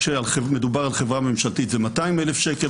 כשמדובר על חברה ממשלתית זה 200,000 שקל,